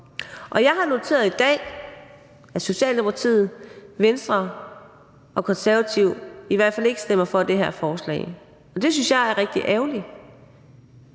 Jeg har noteret i dag, at Socialdemokratiet, Venstre og Konservative i hvert fald ikke stemmer for det her forslag, og det synes jeg er rigtig ærgerligt.